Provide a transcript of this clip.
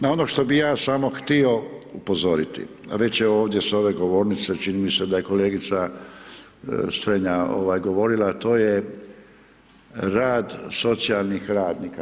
Na ono što bi ja samo htio upozoriti, već je ovdje s ove govornice, čini mi se da je kolegica Strenja govorila, a to je rad socijalnih radnika.